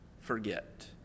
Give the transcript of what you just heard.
forget